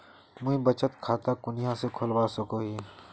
मुई बचत खता कुनियाँ से खोलवा सको ही?